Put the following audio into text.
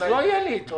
אז לא יהיה לי איתו,